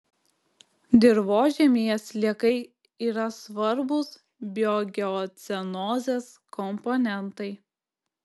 dirvožemyje sliekai yra svarbūs biogeocenozės komponentai